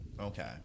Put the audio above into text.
Okay